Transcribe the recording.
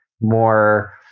more